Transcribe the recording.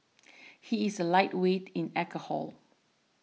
he is a lightweight in alcohol